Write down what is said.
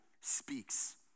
speaks